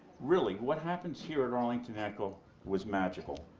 really, what happens here at arlington echo was magical.